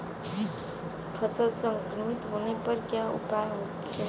फसल संक्रमित होने पर क्या उपाय होखेला?